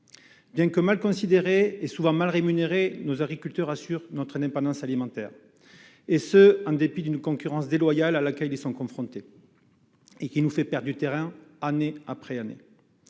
Bien que mal considérés et souvent mal rémunérés, nos agriculteurs assurent notre indépendance alimentaire, et ce en dépit d'une concurrence déloyale qui nous fait perdre du terrain année après année.